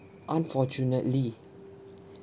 unfortunately